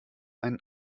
einen